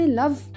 love